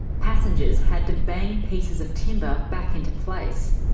passengers had to bang pieces of timber back into place.